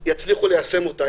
יצליחו ליישם אותה,